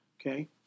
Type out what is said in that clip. Okay